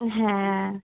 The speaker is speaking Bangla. হ্যাঁ